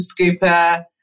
scooper